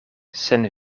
sen